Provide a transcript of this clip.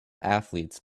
athletes